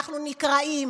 אנחנו נקרעים.